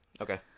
Okay